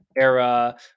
era